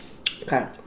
Okay